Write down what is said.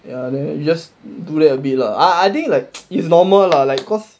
ya then you just do that a bit lah I I think like it's normal lah like because